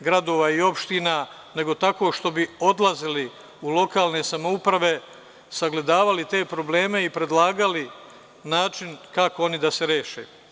gradova i opština, nego tako što bi odlazili u lokalne samouprave, sagledavali te probleme i predlagali način kako oni da se reše.